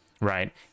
Right